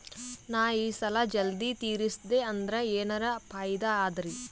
ನಾ ಈ ಸಾಲಾ ಜಲ್ದಿ ತಿರಸ್ದೆ ಅಂದ್ರ ಎನರ ಫಾಯಿದಾ ಅದರಿ?